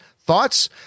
Thoughts